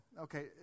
Okay